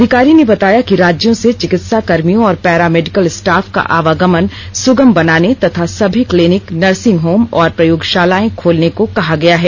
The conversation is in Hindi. अधिकारी ने बताया कि राज्यों से चिकित्साकर्मियों और पैरामेडिकल स्टाफ का आवागमन सुगम बनाने तथा सभी क्लिनिक नर्सिंग होम और प्रयोगशालाएं खोलने को कहा गया है